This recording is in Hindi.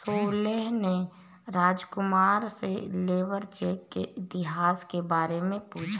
सोहेल ने राजकुमार से लेबर चेक के इतिहास के बारे में पूछा